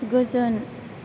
गोजोन